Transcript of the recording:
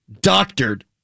doctored